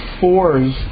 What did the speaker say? fours